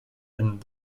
and